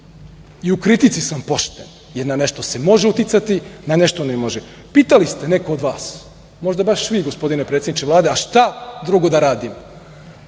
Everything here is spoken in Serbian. I u kritici sam pošten, jer, na nešto se može uticati, na nešto ne može. Pitali ste, neko od vas, možda baš vi gospodine predsedniče Vlade, a šta drugo da radimo?